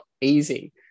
easy